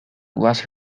was